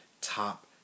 top